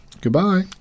Goodbye